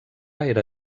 era